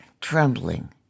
trembling